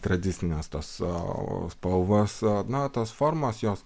tradicinės tos spalvos na tos formos jos